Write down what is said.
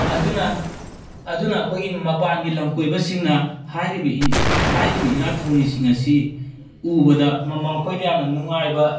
ꯑꯗꯨꯅ ꯑꯗꯨꯅ ꯑꯩꯈꯣꯏꯒꯤ ꯃꯄꯥꯜꯒꯤ ꯂꯝ ꯀꯣꯏꯕꯁꯤꯡꯅ ꯍꯥꯏꯔꯤꯕ ꯍꯥꯏꯔꯤꯕ ꯏꯔꯥꯠ ꯊꯧꯅꯤꯁꯤꯡ ꯑꯁꯤ ꯎꯕꯗ ꯃꯈꯣꯏꯗ ꯌꯥꯝꯅ ꯅꯨꯡꯉꯥꯏꯕ